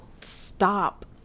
stop